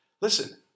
Listen